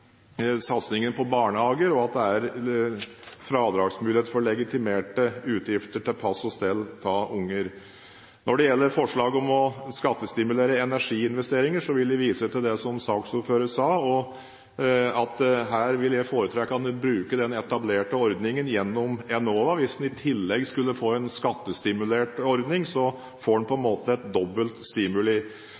satsing på barnehager, og at det er fradragsmuligheter for legitimerte utgifter til pass og stell av unger. Når det gjelder forslaget om å skattestimulere energiinvesteringer, vil jeg vise til det som saksordføreren sa. Her vil jeg foretrekke at man bruker den etablerte ordningen gjennom Enova. Hvis man i tillegg skulle få en skattestimulert ordning, får man på en måte dobbelt stimuli.